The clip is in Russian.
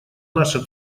наша